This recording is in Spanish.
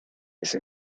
ese